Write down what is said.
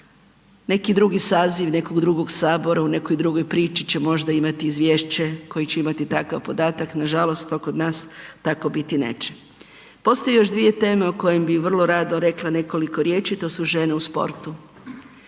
Neki drugi saziv, nekog drugog Sabora, u nekoj drugoj priči će možda imati izvješće koji će imati takav podatak, nažalost to kod nas tako biti neće. Postoje još dvije teme o kojim bi vrlo rado rekla nekoliko riječi, to su žene u sportu.